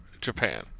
Japan